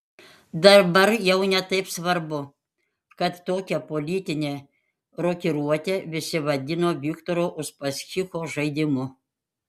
dabar jau ne taip svarbu kad tokią politinę rokiruotę visi vadino viktoro uspaskicho žaidimu